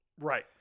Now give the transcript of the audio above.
Right